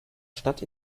stadt